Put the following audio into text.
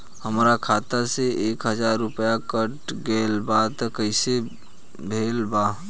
हमार खाता से एक हजार रुपया कट गेल बा त कइसे भेल बा?